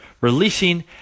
releasing